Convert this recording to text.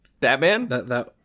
Batman